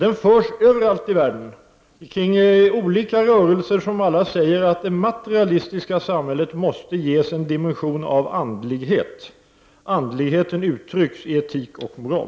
Den förs överallt i världen i olika rörelser, som alla säger att det materialistiska samhället måste ges en dimension av andlighet — andligheten uttryckt i etik och moral.